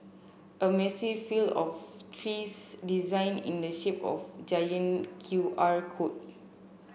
a massive field of trees designed in the shape of giant Q R code